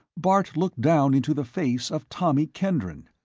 bart looked down into the face of tommy kendron.